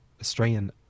Australian